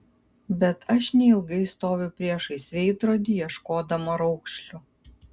bet aš neilgai stoviu priešais veidrodį ieškodama raukšlių